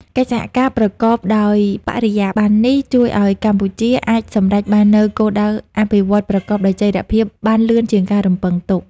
កិច្ចសហការប្រកបដោយបរិយាប័ន្ននេះ ជួយឱ្យកម្ពុជាអាចសម្រេចបាននូវគោលដៅអភិវឌ្ឍន៍ប្រកបដោយចីរភាពបានលឿនជាងការរំពឹងទុក។